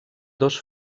dos